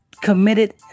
committed